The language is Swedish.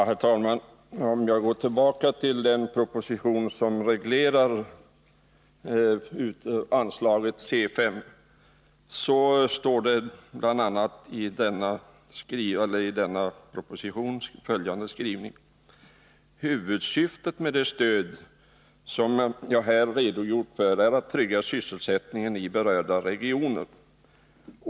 Herr talman! Om man går tillbaka till den proposition som reglerar anslaget CS, finner man att där står bl.a. följande: ”Huvudsyftet med det stöd som jag här har redogjort för är att trygga sysselsättningen i berörda regioner.